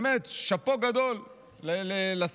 באמת, שאפו גדול לשר